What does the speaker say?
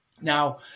Now